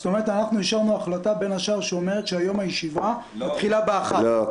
זאת אומרת אנחנו אישרנו החלטה שלפיה הישיבה היום מתחילה ב- 13:00. לא,